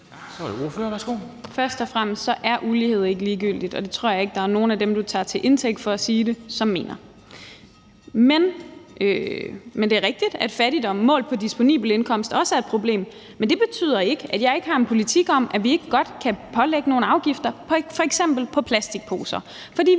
Først og fremmest vil jeg sige, at ulighed ikke er ligegyldigt, og det tror jeg ikke der er nogen af dem, du tager til indtægt for at sige det, der mener. Det er rigtigt, at fattigdom målt på disponibel indkomst også er et problem, men det betyder ikke, at jeg ikke har en politik om, at vi ikke godt kan pålægge nogle afgifter på f.eks. plastikposer.